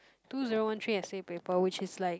two zero one three essay paper which is like